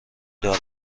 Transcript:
داره